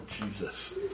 Jesus